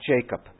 Jacob